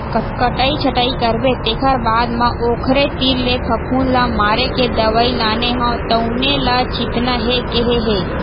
कटई छटई करबे तेखर बाद म ओखरे तीर ले फफुंद ल मारे के दवई लाने हव तउने ल छितना हे केहे हे